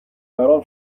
برام